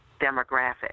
demographic